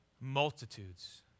Multitudes